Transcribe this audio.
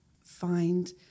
find